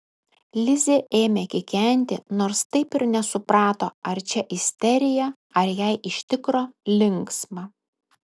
lizė ėmė kikenti nors taip ir nesuprato ar čia isterija ar jai iš tikro linksma